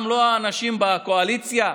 גם לא האנשים בקואליציה?